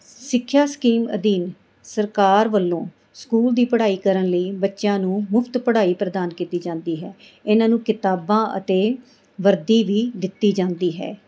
ਸਿੱਖਿਆ ਸਕੀਮ ਅਧੀਨ ਸਰਕਾਰ ਵੱਲੋਂ ਸਕੂਲ ਦੀ ਪੜ੍ਹਾਈ ਕਰਨ ਲਈ ਬੱਚਿਆਂ ਨੂੰ ਮੁਫਤ ਪੜ੍ਹਾਈ ਪ੍ਰਦਾਨ ਕੀਤੀ ਜਾਂਦੀ ਹੈ ਇਹਨਾਂ ਨੂੰ ਕਿਤਾਬਾਂ ਅਤੇ ਵਰਦੀ ਵੀ ਦਿੱਤੀ ਜਾਂਦੀ ਹੈ